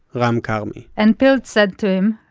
but um karmi. and pilz said to him,